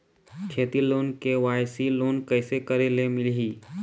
खेती loan KYC loan कइसे करे ले मिलही?